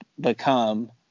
become